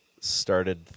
started